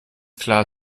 klar